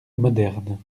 moderne